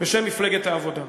בשם מפלגת העבודה.